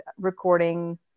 recording